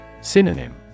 Synonym